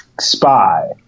spy